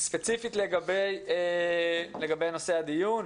ספציפית לגבי נושא הדיון,